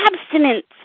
abstinence